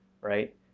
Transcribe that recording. Right